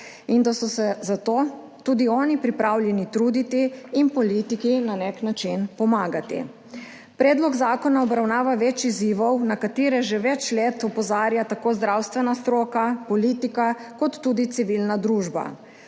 in da so se za to tudi oni pripravljeni truditi in politiki na nek način pomagati. Predlog zakona obravnava več izzivov, na katere že več let opozarja tako zdravstvena stroka, politika, kot tudi civilna družba.